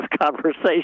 conversation